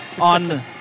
on